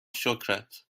شکرت